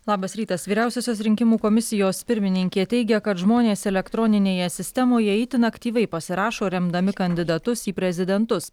labas rytas vyriausiosios rinkimų komisijos pirmininkė teigia kad žmonės elektroninėje sistemoje itin aktyviai pasirašo remdami kandidatus į prezidentus